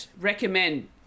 recommend